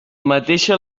mateixa